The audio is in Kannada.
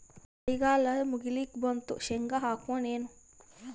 ಮಳಿಗಾಲ ಮುಗಿಲಿಕ್ ಬಂತು, ಶೇಂಗಾ ಹಾಕೋಣ ಏನು?